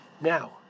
now